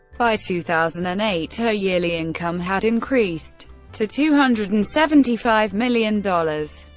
by two thousand and eight, her yearly income had increased to two hundred and seventy five million dollars.